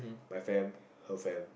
my fan her fan